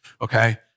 okay